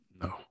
No